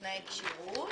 תנאי כשירות.